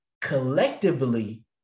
Collectively